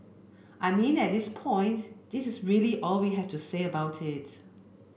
I mean at this point this is really all that I have to say about it